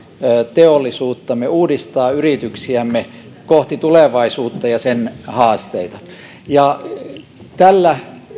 teollisuuttamme uudistaa yrityksiämme kohti tulevaisuutta ja sen haasteita tällä